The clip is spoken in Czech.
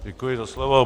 Děkuji za slovo.